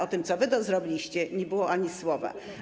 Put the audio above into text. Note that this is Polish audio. O tym, co wy zrobiliście, nie było ani słowa.